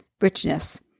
richness